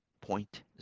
point